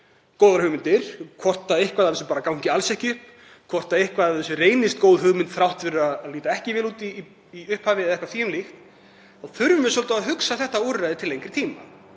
góðar hugmyndir, hvort eitthvað af þessu gangi alls ekki upp, hvort eitthvað af þessu reynist góð hugmynd þrátt fyrir að líta ekki vel út í upphafi eða eitthvað því um líkt, þá þurfum við svolítið að hugsa þetta úrræði til lengri tíma,